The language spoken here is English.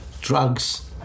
drugs